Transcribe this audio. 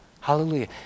hallelujah